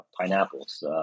pineapples